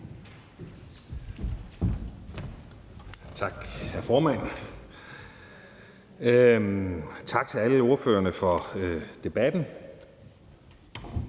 Tak, hr. formand. Tak til alle ordførerne for debatten.